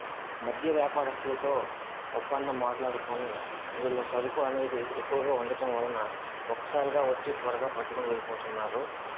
మధ్య వ్యాపారస్తులతో ఒప్పందం మాట్లాడుకోని వీళ్ళ సరుకు అనేది ఎక్కువగా ఉండటం వలన ఒక్కసారిగా వచ్చి త్వరగా పట్టుకోని వెళ్ళిపోతున్నారు